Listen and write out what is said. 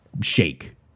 shake